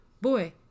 Boy